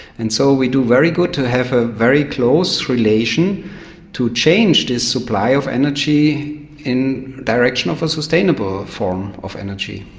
and so we do very good to have a very close relation to change this supply of energy in direction of a sustainable form of energy.